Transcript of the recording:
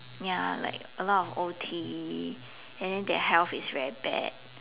ya like a lot of O_T and then their health is very bad